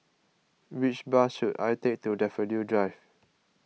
which bus should I take to Daffodil Drive